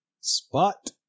Spot